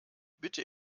bitte